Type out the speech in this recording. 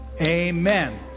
amen